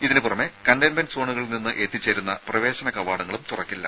ഇതിന് പുറമെ കണ്ടെയ്ൻമെന്റ് സ്റ്റേഷനുകൾ സോണുകളിൽ നിന്ന് എത്തിച്ചേരുന്ന പ്രവേശന കവാടങ്ങളും തുറക്കില്ല